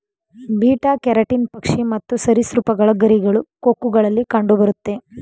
beta keratin ಪಕ್ಷಿ ಮತ್ತು ಸರಿಸೃಪಗಳ ಗರಿಗಳು, ಕೊಕ್ಕುಗಳಲ್ಲಿ ಕಂಡುಬರುತ್ತೆ